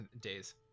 days